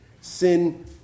sin